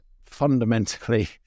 fundamentally